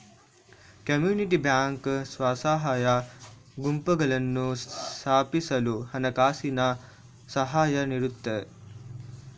community bank ಸ್ವಸಹಾಯ ಗುಂಪುಗಳನ್ನು ಸ್ಥಾಪಿಸಲು ಹಣಕಾಸಿನ ಸಹಾಯ ನೀಡುತ್ತೆ